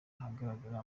ahagaragara